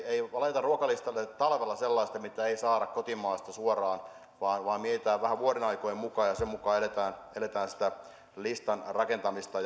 ei laiteta ruokalistalle talvella sellaista mitä ei saada kotimaasta suoraan vaan vaan mietitään vähän vuodenaikojen mukaan ja sen mukaan eletään sitä listan rakentamista